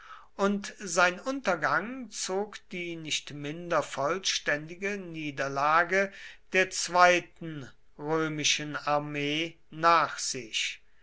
und sein untergang zog die nicht minder vollständige niederlage der zweiten römischen armee nach sich